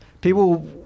people